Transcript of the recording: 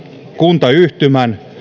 kuntayhtymän